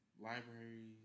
libraries